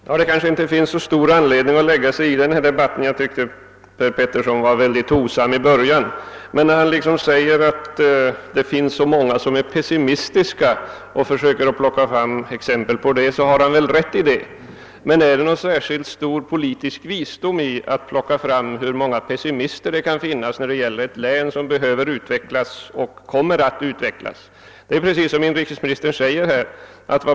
Herr talman! Det kanske inte finns så stor anledning att lägga sig i denna debatt. Jag tycker att herr Petersson i Gäddvik var mycket hovsam i början av debatten, och när han säger att det finns många som är pessimistiska och även försöker plocka fram exempel på detta har han nog rätt däri. Men ligger det någon särskilt stor politisk visdom i att försöka plocka fram hur många pessimister som finns då det gäller ett län som behöver utvecklas och kommer att utvecklas? Det är precis så som inrikesministern säger.